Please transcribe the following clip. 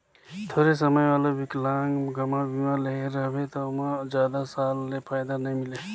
थोरहें समय वाला विकलांगमा बीमा लेहे रहबे त ओमहा जादा साल ले फायदा नई मिले